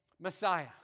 Messiah